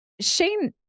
Shane